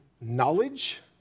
knowledge